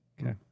Okay